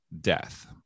death